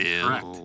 Correct